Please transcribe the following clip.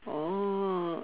oh